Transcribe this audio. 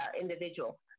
individual